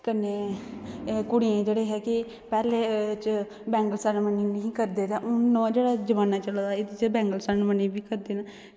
कन्नै एह् कुड़ियें गी जेह्ड़े कि पैह्ले च बैंगल सेरेमनी निं हे करदे ते हून ओह् जेह्ड़ा जमान्ना चलै दा एह्दे च बैंगल सेरेमनी बी करदे न